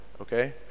okay